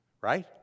Right